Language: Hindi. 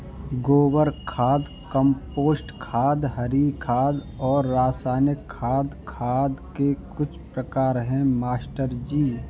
गोबर खाद कंपोस्ट खाद हरी खाद और रासायनिक खाद खाद के कुछ प्रकार है मास्टर जी